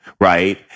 right